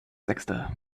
sechste